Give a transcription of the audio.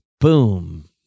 Boom